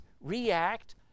react